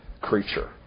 creature